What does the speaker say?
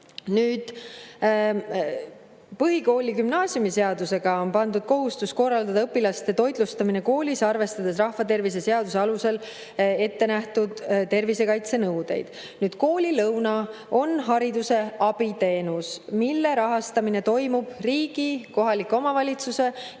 Põhikooli‑ ja gümnaasiumiseadusega on pandud kohustus korraldada õpilaste toitlustamine koolis, arvestades rahvatervise seaduse alusel ette nähtud tervisekaitsenõudeid. Koolilõuna on hariduse abiteenus, mille rahastamine toimub riigi, kohaliku omavalitsuse ja